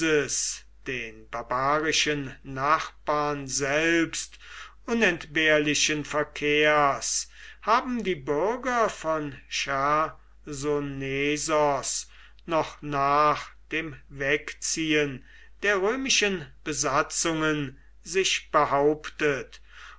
den barbarischen nachbarn selbst unentbehrlichen verkehrs haben die bürger von chersonesos noch nach dem wegziehen der römischen besatzungen sich behauptet